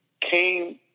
came